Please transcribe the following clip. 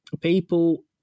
people